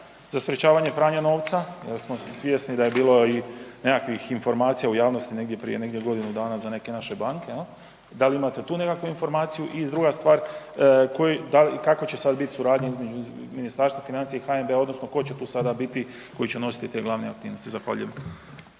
za sprječavanje pranja novca jel smo svjesni da je bilo i nekakvih informacija u javnosti negdje prije negdje godinu dana za neke naše banke jel, da li imate tu nekakvu informaciju? I druga stvar, kakva će sad bit suradnja između Ministarstva financija i HNB-a odnosno ko će tu sada biti koji će nositi te glavne aktivnosti? Zahvaljujem.